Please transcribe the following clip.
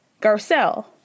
Garcelle